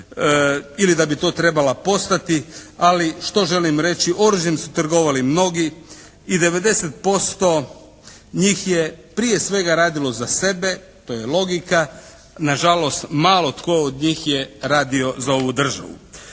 ili da bi to trebala postati. Ali što želim reći? Oružjem su trgovali mnogi. I 90% njih je prije svega radilo za sebe, to je logika. Nažalost malo tko od njih je radio za ovu državu.